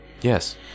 Yes